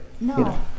No